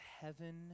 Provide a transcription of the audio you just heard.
heaven